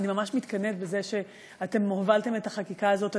אני ממש מתקנאת בזה שאתם הובלתם את החקיקה הזאת.